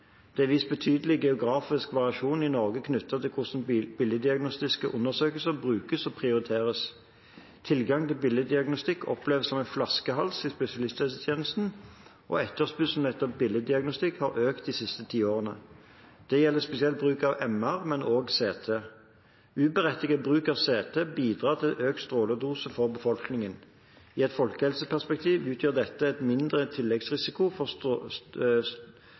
Det er vist betydelig geografisk variasjon i Norge knyttet til hvordan bildediagnostiske undersøkelser brukes og prioriteres. Tilgang til bildediagnostikk oppleves som en flaskehals i spesialisthelsetjenesten, og etterspørselen etter bildediagnostikk har økt de siste ti årene. Det gjelder spesielt bruk av MR, men også CT. Uberettiget bruk av CT bidrar til økt stråledose for befolkningen. I et folkehelseperspektiv utgjør dette en mindre tilleggsrisiko for